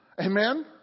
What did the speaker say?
Amen